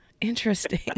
Interesting